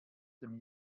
dem